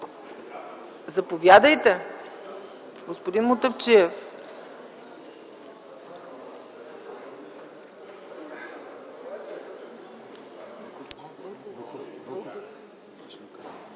Заповядайте, господин Мутафчиев.